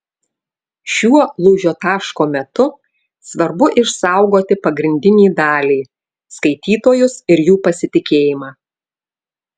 šiuo lūžio taško metu svarbu išsaugoti pagrindinį dalį skaitytojus ir jų pasitikėjimą